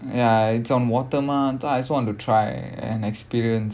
ya it's on water mah so I also want to try and experience